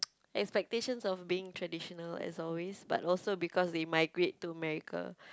expectations of being traditional as always but also because they migrate to America